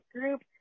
group